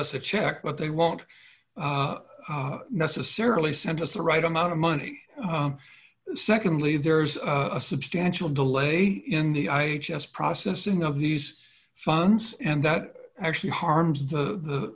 us a check but they won't necessarily send us the right amount of money secondly there's a substantial delay in the i guess processing of these funds and that actually harms the